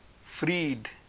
freed